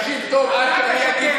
תקשיב טוב, אתה משקר.